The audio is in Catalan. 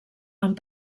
amb